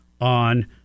on